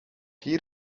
hier